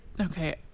okay